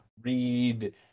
read